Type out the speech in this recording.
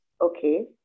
Okay